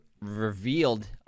revealed